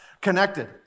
connected